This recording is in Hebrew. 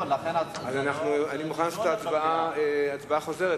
אני מוכן לעשות הצבעה חוזרת,